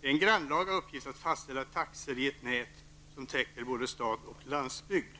Det är en grannlaga uppgift att fastställa taxor i ett nät som täcker både stad och landsbygd.